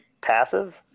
passive